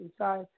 inside